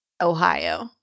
Ohio